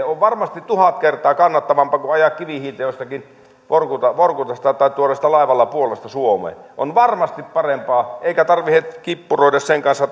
on varmasti tuhat kertaa kannattavampaa kuin ajaa kivihiiltä jostakin vorkutasta vorkutasta tai tuoda sitä laivalla puolasta suomeen on varmasti parempaa eikä tarvitse kippuroida sen kanssa